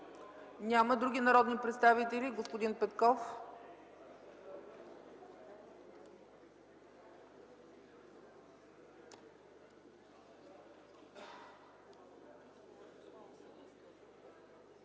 Няма. Други народни представители? Господин Петков.